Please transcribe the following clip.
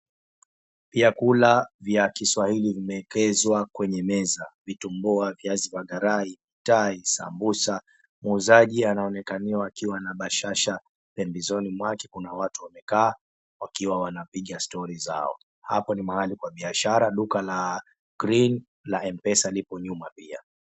Vyakula vya kiswahili vimeekezwa meza, vitumbua, viazi vya karai, tai, sambusa. Muuzaji anaonekaniwa akiwa na bashasha, pembezoni mwake kuna watu wamekaa wakiwa wanapiga story zao. Hapo ni mahali pa bishara duka la green la mpesa lipo nyuma pia.